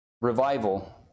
revival